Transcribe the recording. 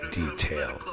detail